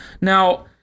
Now